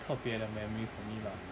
靠别的 memory for me lah